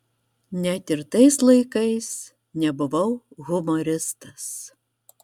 net ir tais laikais nebuvau humoristas